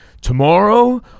tomorrow